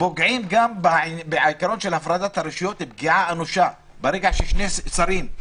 פוגעים גם בעיקרון של הפרדת הרשויות פגיעה אנושה ברגע שמדובר בשני שרים,